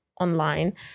online